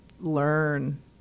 Learn